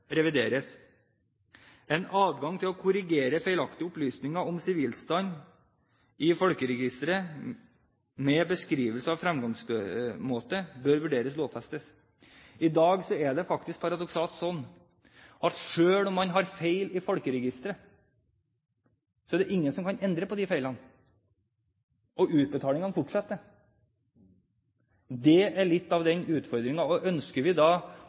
En adgang til å korrigere feilaktige opplysninger om sivilstand i Folkeregisteret med beskrivelse av fremgangsmåte bør vurderes lovfestet. I dag er det paradoksalt nok sånn at selv om man har feil i Folkeregisteret, er det ingen som kan endre på de feilene, og utbetalingene fortsetter. Det er litt av denne utfordringen. Ønsker vi da